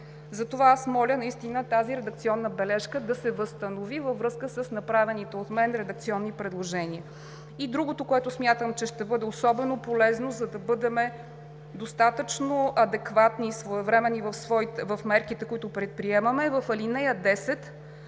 Затова моля тази редакционна бележка да се възстанови във връзка с направените от мен редакционни предложения. Другото, което смятам, че ще бъде особено полезно, за да бъдем достатъчно адекватни и своевременни в мерките, които предприемаме – в ал. 10